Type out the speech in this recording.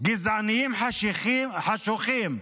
גזענים חשוכים,